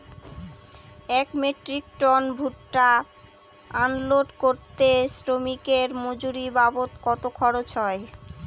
এক metric ton ভুট্টা unload করতে শ্রমিকের মজুরি বাবদ কত খরচ হয়?